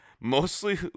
mostly